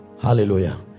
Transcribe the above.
Hallelujah